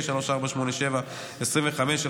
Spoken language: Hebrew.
3206/25,